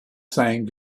saying